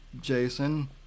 Jason